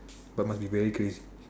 but must be very crazy